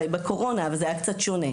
בקורונה זה היה קצת שונה.